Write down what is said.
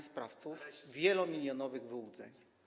sprawców wielomilionowych wyłudzeń?